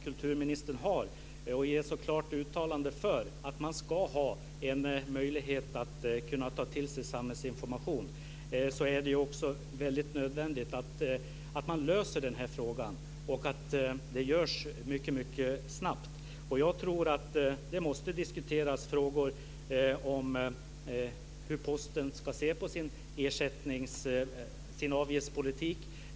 Kulturministerns klart uttalade inställning är alltså att man ska ha en möjlighet att ta till sig samhällsinformation, och då är det väldigt nödvändigt att man löser den här frågan och att det görs mycket snabbt. Jag tror att det måste diskuteras hur Posten ska se på sin avgiftspolitik.